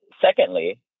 secondly